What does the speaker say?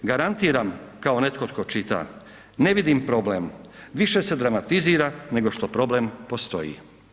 Garantiram kao netko tko čita, ne vidim problem, više se dramatizira nego što problem postoji“